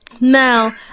Now